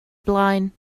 blaen